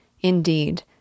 Indeed